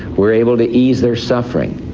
we're able to ease their suffering.